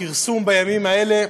כרסום בימים האלה,